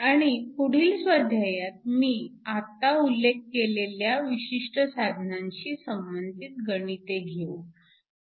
आणि पुढील स्वाध्यायात मी आता उल्लेख केलेल्या विशिष्ट साधनांशी संबंधित गणिते घेऊ